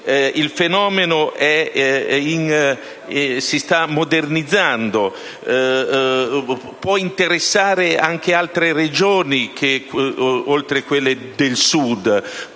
il fenomeno si sta modernizzando e può interessare anche altre regioni, oltre quelle del Sud.